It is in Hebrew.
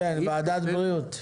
כן, ועדת הבריאות.